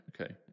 okay